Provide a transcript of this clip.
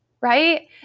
right